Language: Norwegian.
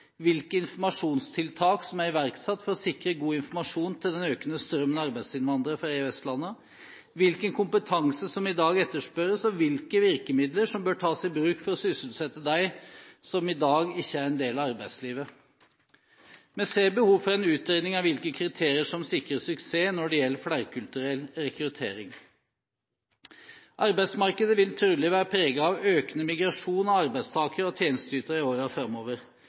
hvilke informasjonstiltak som er iverksatt for å sikre god informasjon til den økende strømmen av arbeidsinnvandrere fra EØS-landene, hvilken kompetanse som i dag etterspørres, og hvilke virkemidler som bør tas i bruk for å sysselsette dem som i dag ikke er en del av arbeidslivet. Vi ser behov for en utredning av hvilke kriterier som sikrer suksess når det gjelder flerkulturell rekruttering. Arbeidsmarkedet vil trolig være preget av økende migrasjon av arbeidstakere og tjenesteytere i årene framover,